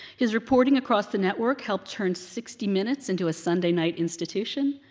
his reporting across the network helped turn sixty minutes into a sunday night institution,